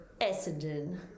Essendon